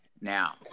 Now